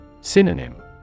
Synonym